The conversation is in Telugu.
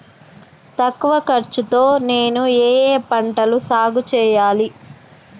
తక్కువ ఖర్చు తో నేను ఏ ఏ పంటలు సాగుచేయాలి?